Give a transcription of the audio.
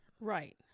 Right